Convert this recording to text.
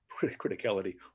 criticality